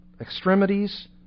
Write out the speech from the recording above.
extremities